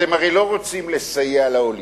אתם הרי לא רוצים לסייע לעולים,